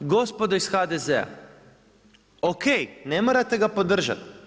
Gospodo iz HDZ-a ok., ne morate ga podržati.